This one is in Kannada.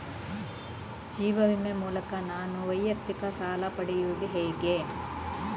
ಜೀವ ವಿಮೆ ಮೂಲಕ ನಾನು ವೈಯಕ್ತಿಕ ಸಾಲ ಪಡೆಯುದು ಹೇಗೆ?